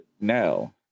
No